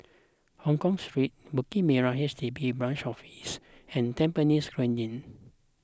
Hongkong Street Bukit Merah H D B Branch Office and Tampines Grande